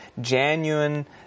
genuine